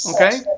Okay